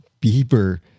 Bieber